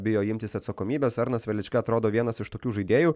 bijo imtis atsakomybės arnas velička atrodo vienas iš tokių žaidėjų